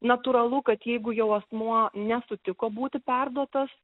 natūralu kad jeigu jau asmuo nesutiko būti perduotas